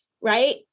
Right